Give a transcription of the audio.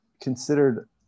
considered